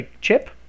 chip